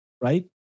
right